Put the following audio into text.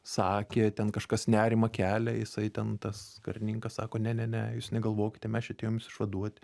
sakė ten kažkas nerimą kelia jisai ten tas karininkas sako ne ne ne jūs negalvokite mes čia atėjom jus išvaduoti